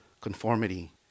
conformity